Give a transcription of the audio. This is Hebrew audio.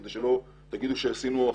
כדי שלא תגידו שעשינו הכנות,